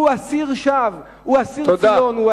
הוא אסיר שם, הוא אסיר ציון, אנחנו לא ברוסיה.